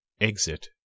Exit